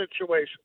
situation